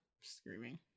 Screaming